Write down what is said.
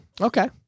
Okay